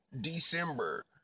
December